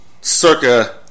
circa